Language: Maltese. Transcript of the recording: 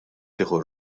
tieħu